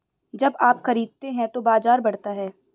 जब आप खरीदते हैं तो बाजार बढ़ता है